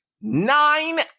nine